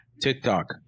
TikTok